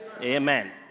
Amen